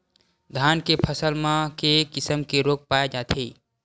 धान के फसल म के किसम के रोग पाय जाथे?